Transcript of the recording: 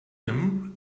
him